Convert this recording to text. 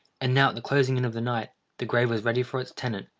and now, at the closing in of the night, the grave was ready for its tenant,